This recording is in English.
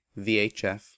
VHF